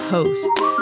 Hosts